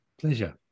Pleasure